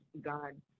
God